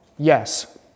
Yes